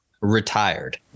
Retired